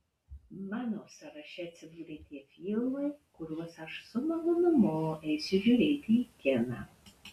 mano sąraše atsidūrė tie filmai kuriuos aš su malonumu eisiu žiūrėti į kiną